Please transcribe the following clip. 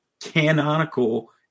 canonical